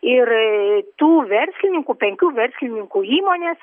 ir tų verslininkų penkių verslininkų įmonės